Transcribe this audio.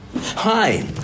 Hi